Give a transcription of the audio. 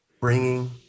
Bringing